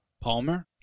Palmer